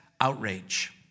outrage